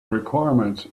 requirements